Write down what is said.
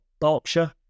berkshire